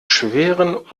schweren